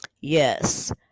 Yes